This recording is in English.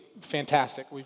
fantastic